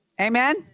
Amen